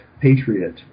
patriot